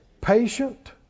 Patient